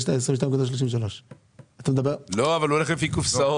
יש לה 22.33. אבל הוא הולך לפי קופסאות.